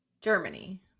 Germany